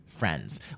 friends